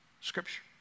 Scripture